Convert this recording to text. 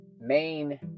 main